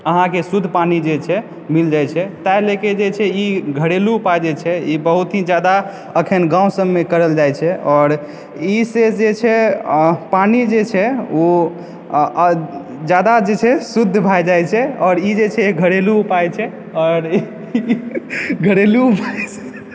अहाँके शुद्ध पानी जे छै मिल जाइ छै तैं लए कऽ ई घरेलू उपाय जे छै ई बहुत ही जादा अखन गाँव सबमे करल जाइ छै आओर ई से जे छै पानी जे छै ओ जादा जे छै शुद्ध भए जाइ छै आओर ई जे छै घरेलू उपाय छै आओर घरेलू उपाय